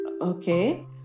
Okay